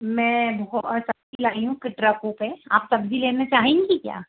मैं बहौत सब्ज़ी लाई हूँ ट्रकों पे आप सब्ज़ी लेना चाहेंगी क्या